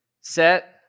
set